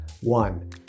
One